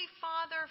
Father